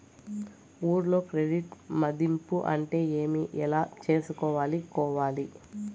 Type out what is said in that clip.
ఊర్లలో క్రెడిట్ మధింపు అంటే ఏమి? ఎలా చేసుకోవాలి కోవాలి?